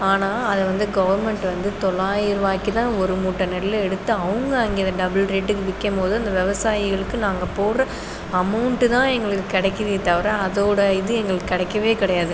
ஆனால் அது வந்து கவர்மெண்ட் வந்து தொள்ளாயிர ரூபாயிக்குத்தான் ஒரு மூட்டை நெல்லு எடுத்து அவங்க அங்கே அதை டபுள் ரேட்டுக்கு விற்கும் போது அந்த விவசாயிகளுக்கு நாங்கள் போடுகிற அமௌன்ட் தான் எங்களுக்கு கிடக்குதே தவிர அதோடய இது எங்களுக்கு கிடைக்கவே கிடையாது